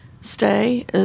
stay